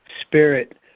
Spirit